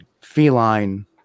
feline